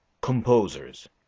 Composers